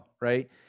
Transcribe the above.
right